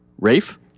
Rafe